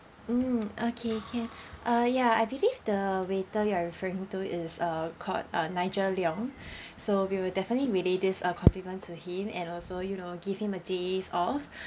mm okay can uh ya I believe the waiter you are referring to is uh called uh nigel leong so we will definitely relay this uh compliment to him and also you know give him a days off